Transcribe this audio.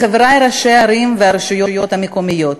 לחברי ראשי הערים והרשויות המקומיות,